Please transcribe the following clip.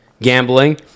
gambling